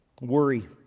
worry